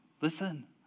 listen